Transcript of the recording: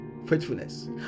faithfulness